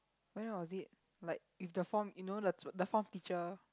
when was it like with the form you know the the form teacher